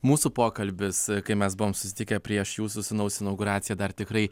mūsų pokalbis kai mes buvom susitikę prieš jūsų sūnaus inauguraciją dar tikrai